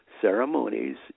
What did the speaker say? ceremonies